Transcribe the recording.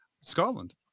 Scotland